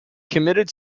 committed